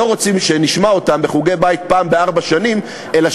והם לא רוצים שנשמע אותם בחוגי-בית פעם בארבע שנים אלא